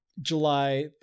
July